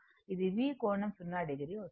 ఇది V కోణం 0 o అవుతుంది